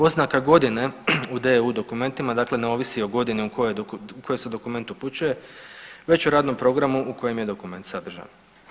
Oznaka godine u DEU dokumentima dakle ne ovisi o godini u kojoj se dokument upućuje, već o radnom programu u kojem je dokument sadržan.